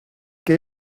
que